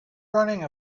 running